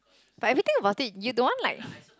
but if you think about it you don't want like